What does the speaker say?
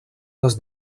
les